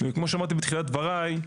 וכמו שאמרתי בתחילת דבריי,